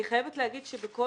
אני חייבת לומר שלכל